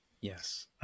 Yes